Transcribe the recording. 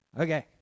okay